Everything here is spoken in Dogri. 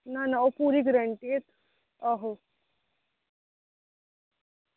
ना ना ओह् पूरी गारंटी ऐ आहो